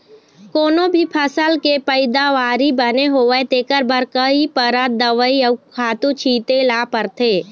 कोनो भी फसल के पइदावारी बने होवय तेखर बर कइ परत दवई अउ खातू छिते ल परथे